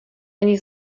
ani